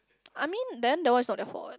I mean then that one is not their fault what